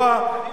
אני לא סומך,